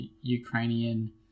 Ukrainian